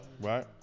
Right